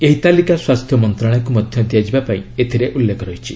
ଏହି ତାଲିକା ସ୍ୱାସ୍ଥ୍ୟ ମନ୍ତ୍ରଣାଳୟକୁ ମଧ୍ୟ ଦିଆଯିବାକୁ ଏଥିରେ ଉଲ୍ଲେଖ ରହିଛି